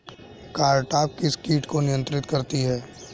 Cartap किस किट को नियंत्रित करती है?